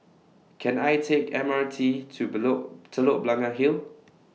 Can I Take M R T to below Telok Blangah Hill